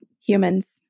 humans